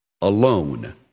alone